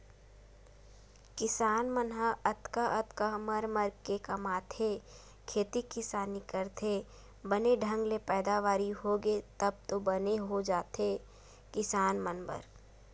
किसान मन ह अतका अतका मर मर के कमाथे खेती किसानी करथे बने ढंग ले पैदावारी होगे तब तो बने हो जाथे किसान मन बर